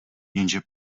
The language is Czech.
jenže